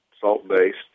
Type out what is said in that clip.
salt-based